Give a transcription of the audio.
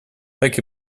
так